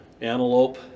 antelope